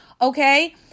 okay